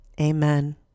amen